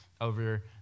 over